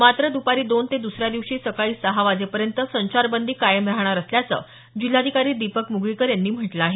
मात्र दुपारी दोन ते दुसऱ्या दिवशी सकाळी सहा वाजेपर्यंत संचारबंदी कायम राहणार असल्याचं जिल्हाधिकारी दीपक म्गळीकर यांनी म्हटलं आहे